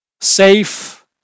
safe